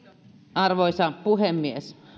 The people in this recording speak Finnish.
arvoisa puhemies